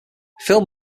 film